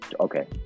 Okay